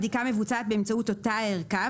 שזיהה וכי הבדיקה מבוצעת באמצעות אותה הערכה,